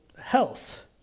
health